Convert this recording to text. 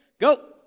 Go